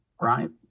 right